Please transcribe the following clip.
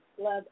love